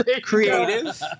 creative